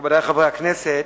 מכובדי חברי הכנסת,